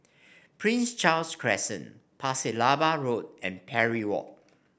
Prince Charles Crescent Pasir Laba Road and Parry Walk